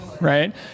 right